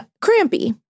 crampy